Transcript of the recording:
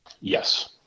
Yes